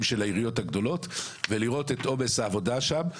של העיריות הגדולות ולראות את עומס העבודה שם.